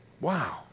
Wow